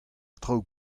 traoù